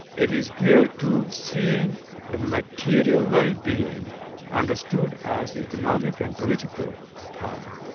it is geared to seeing the material wellbeing understood as economic and political power,